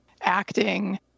acting